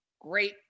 great